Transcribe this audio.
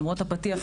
למרות הפתיח,